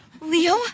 Leo